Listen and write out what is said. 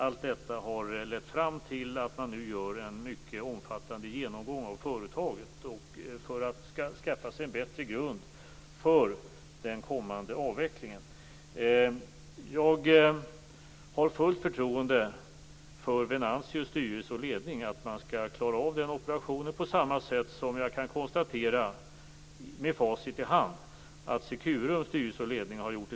Allt detta har lett fram till att man nu gör en mycket omfattande genomgång av företaget för att skaffa sig en bättre grund för den kommande avvecklingen. Jag har fullt förtroende för Venantius styrelse och ledning. Jag tror att de kommer att klara denna operation på samma sätt som jag med facit i hand kan konstatera att Securums styrelse och ledning har skött sig.